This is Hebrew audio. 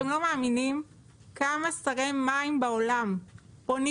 אתם לא מאמינים כמה שרי מים בעולם פונים